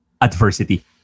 adversity